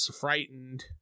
frightened